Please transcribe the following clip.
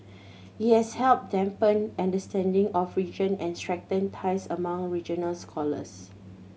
it has helped deepen understanding of region and strengthened ties among regional scholars